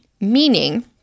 meaning